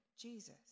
Jesus